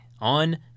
on